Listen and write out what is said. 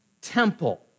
temple